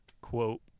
quote